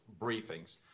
briefings